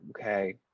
Okay